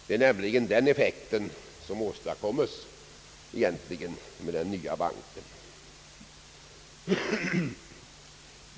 Det är nämligen den effekten som åstadkommes genom den nya banken.